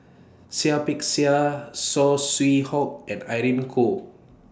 Seah Peck Seah Saw Swee Hock and Irene Khong